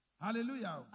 Hallelujah